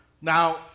Now